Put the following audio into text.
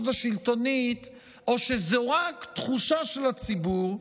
השלטונית או שזו רק תחושה של הציבור,